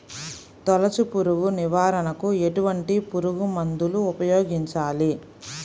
తొలుచు పురుగు నివారణకు ఎటువంటి పురుగుమందులు ఉపయోగించాలి?